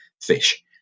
fish